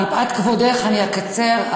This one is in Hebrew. מפאת כבודך אני אקצר,